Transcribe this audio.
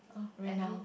renowned